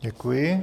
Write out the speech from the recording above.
Děkuji.